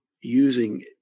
using